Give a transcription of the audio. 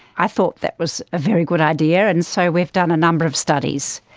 i thought that was a very good idea, and so we've done a number of studies,